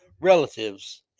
relatives